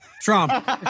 Trump